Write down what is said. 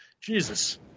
Jesus